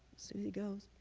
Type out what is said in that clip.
so he goes.